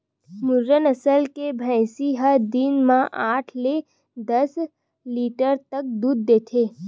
मुर्रा नसल के भइसी ह दिन म आठ ले दस लीटर तक दूद देथे